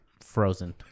frozen